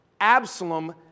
Absalom